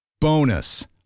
Bonus